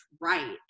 right